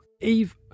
Eve